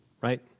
right